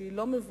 שהיא לא מבוטלת,